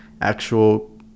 actual